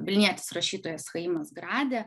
vilnietis rašytojas chaimas grade